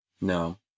No